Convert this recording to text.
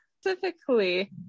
specifically